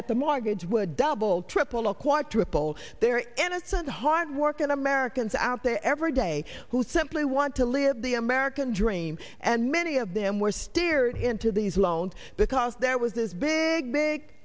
that the mortgage would double triple or quadruple their innocent hard working americans out there every day who simply want to live the american dream and many of them were steered into these loans because there was this big big